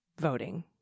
voting